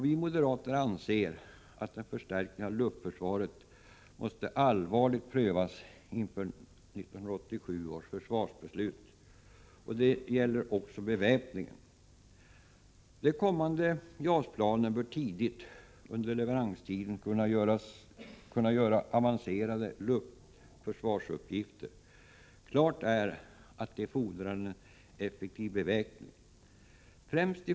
Vi moderater anser att en förstärkning av luftförsvaret måste allvarligt prövas inför 1987 års försvarsbeslut. Detta gäller även beväpningen. De kommande JAS-planen bör tidigt under leveranstiden kunna fullgöra avancerade luftförsvarsuppgifter. Klart är att detta fordrar effektiv beväpning.